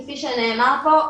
כפי שנאמר פה,